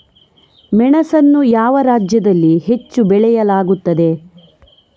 ಮೆಣಸನ್ನು ಯಾವ ರಾಜ್ಯದಲ್ಲಿ ಹೆಚ್ಚು ಬೆಳೆಯಲಾಗುತ್ತದೆ?